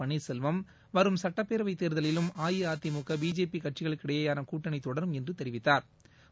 பள்ளிசெல்வம் வரும் சட்டப்பேரவைத் தேர்தலிலும் அஇஅதிமுக பிஜேபி கட்சிகளுக்கிடையேயாள கூட்டணி தொடரும் என்று தெரிவித்தாா்